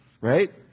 Right